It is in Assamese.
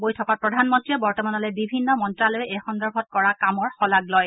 বৈঠকত প্ৰধানমন্ত্ৰীয়ে বৰ্তমানলৈ বিভিন্ন মন্তালয়ে এই সন্দৰ্ভত কৰা কামৰ শলাগ লয়